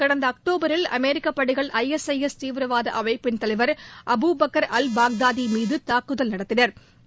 கடந்த அக்டோபரில் அமெரிக்க படைகள் ஐஎஸ் ஐஎஸ் தீவிரவாத அமைப்பின் தலைவர் அபுபக்கா் அல் பக்தாரி மீது தாக்குதல் நடத்தினா்